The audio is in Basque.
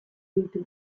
ditu